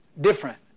different